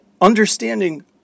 understanding